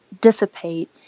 dissipate